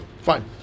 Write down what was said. fine